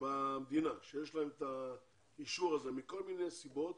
במדינה שיש להם את האישור הזה מכל מיני סיבות,